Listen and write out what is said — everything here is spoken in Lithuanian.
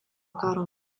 karo